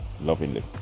lovingly